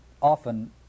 often